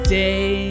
day